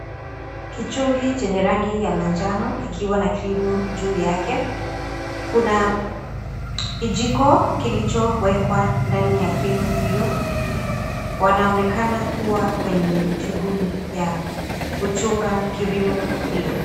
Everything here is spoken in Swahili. Kichungi chenye rangi ya manjano kikiwa na (CS)cream(CS) juu yake, kuna kijiko kilichowekwa ndani ya (CS)cream(CS) hiyo na kuonekana kwenye shughuli ya kuchunga(CS) cream(CS) hiyo.